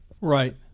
Right